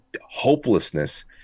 hopelessness